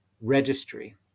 Registry